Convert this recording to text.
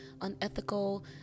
unethical